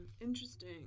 Interesting